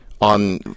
on